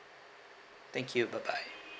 thank you bye bye